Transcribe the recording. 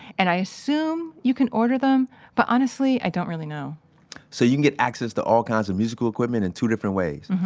and i assume you can order them but honestly, i don't really know so you can get access to all kinds of musical equipment in two different ways.